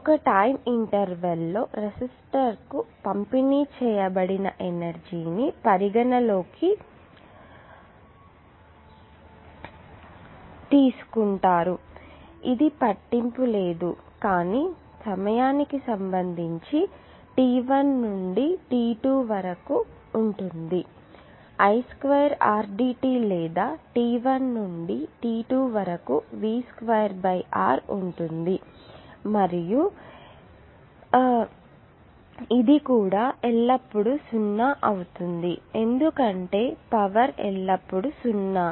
ఒక time interval లో రెసిస్టర్కు పంపిణీ చేయబడిన ఎనర్జీ పరిగణనలోకి తీసుకుంటారు ఇది పట్టింపు లేదు కానీ సమయానికి సంబంధించి t1 నుండి t2 వరకు ఉంటుంది I2Rdt లేదా t1 నుండి t2 వరకు V²R ఉంటుంది మరియు ఇది కూడా ఎల్లప్పుడూ సున్నా అవుతుంది ఎందుకంటే పవర్ ఎల్లప్పుడూ సున్నా